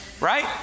Right